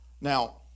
now